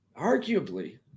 arguably